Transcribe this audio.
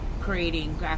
creating